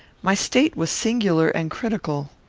my state was singular and critical.